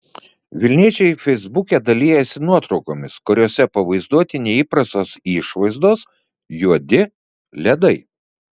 vilniečiai feisbuke dalijasi nuotraukomis kuriose pavaizduoti neįprastos išvaizdos juodi ledai